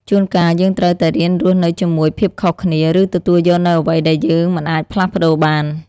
ជួនកាល យើងត្រូវតែរៀនរស់នៅជាមួយភាពខុសគ្នា ឬទទួលយកនូវអ្វីដែលយើងមិនអាចផ្លាស់ប្តូរបាន។